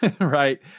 right